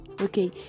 okay